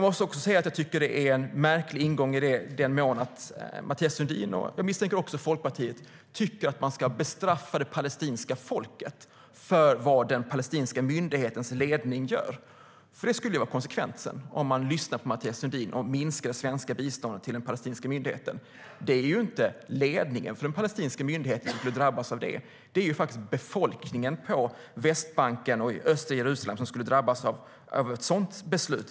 Dessutom tycker jag att det är en märklig ingång såtillvida att Mathias Sundin och, misstänker jag, även Folkpartiet tycker att man ska bestraffa det palestinska folket för vad palestinska myndighetens ledning gör. Det blir konsekvensen om man lyssnar på Mathias Sundin och minskar det svenska biståndet till palestinska myndigheten. Det är inte ledningen för palestinska myndigheten som drabbas. Det är befolkningen på Västbanken och i östra Jerusalem som i så fall drabbas av ett sådant beslut.